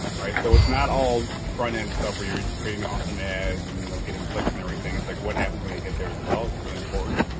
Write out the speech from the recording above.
all right, so it's not all front-end stuff where you're creating awesome ads and, you know, getting clicks and everything. it's like what happens when they get there as well it's really important.